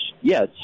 yes